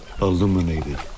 illuminated